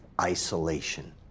Isolation